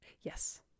Yes